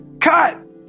Cut